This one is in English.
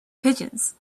pigeons